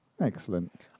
Excellent